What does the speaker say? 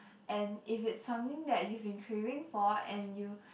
and if it's something that you've been craving for and you